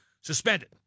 suspended